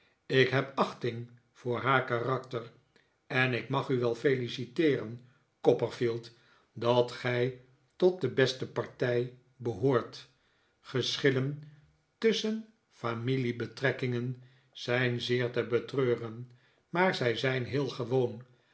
ik heb achting voor haar karakter en ik mag u wel feliciteeren copperfield dat gij tot de beste partij behoort geschillen tusschen familiebetrekkingen zijn zeer te betreuren maar zij zijn heel gewoon